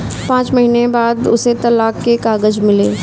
पांच महीने के बाद उसे तलाक के कागज मिले